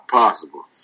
possible